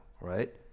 right